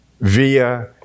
via